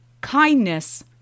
kindness